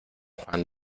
juan